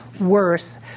worse